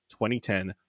2010